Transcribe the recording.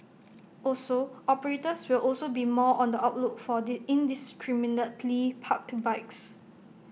also operators will also be more on the outlook for the indiscriminately parked bikes